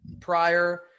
prior